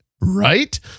Right